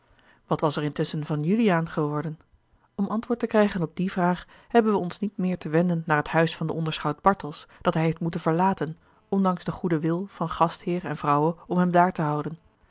wat was er intusschen van juliaan geworden om antwoord te krijgen op die vraag hebben wij ons niet meer te wenden naar het huis van de onderschout bartels dat hij heeft moeten verlaten ondanks den goeden wil van gastheer en vrouwe om hem daar te houden